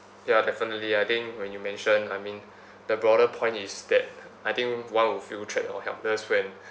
ya definitely I think when you mention I mean the broader point is that I think one will feel trapped or helpless when